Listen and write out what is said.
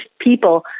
people